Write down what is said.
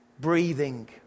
Breathing